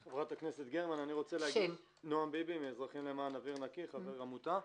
נעם ביבי, מאזרחים למען אוויר נקי, חבר עמותה.